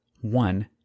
One